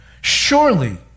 Surely